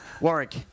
Warwick